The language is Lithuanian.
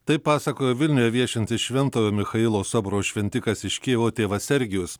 taip pasakojo vilniuje viešintis šventojo michailo soboro šventikas iš kijevo tėvas sergijus